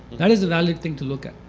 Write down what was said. that is a valid thing to look at.